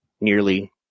nearly